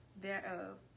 thereof